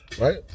right